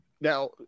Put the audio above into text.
Now